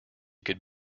could